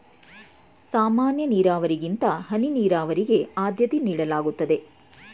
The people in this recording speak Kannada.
ಸಾಮಾನ್ಯ ನೀರಾವರಿಗಿಂತ ಹನಿ ನೀರಾವರಿಗೆ ಆದ್ಯತೆ ನೀಡಲಾಗುತ್ತದೆ